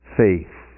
faith